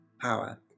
power